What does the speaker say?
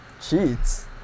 Cheats